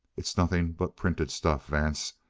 it's nothing but printed stuff, vance.